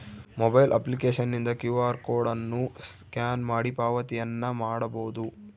mobile ಅಪ್ಲಿಕೇಶನ್ನಿಂದ Q R code ಅನ್ನು scan ಮಾಡಿ ಪಾವತಿಯನ್ನ ಮಾಡಬೊದು